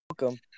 Welcome